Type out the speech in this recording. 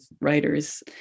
writers